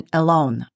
alone